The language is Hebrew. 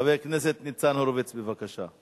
חבר כנסת ניצן הורוביץ, בבקשה.